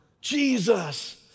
Jesus